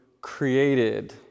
created